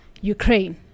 ukraine